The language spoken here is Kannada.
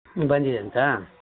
ಬಂದಿದೆ ಅಂತಾ